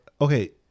okay